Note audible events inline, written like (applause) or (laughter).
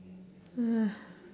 (noise)